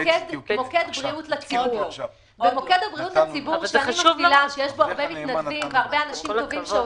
במוקד הבריאות לציבור שיש בו הרבה מתנדבים והרבה אנשים טובים שעוזרים,